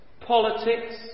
politics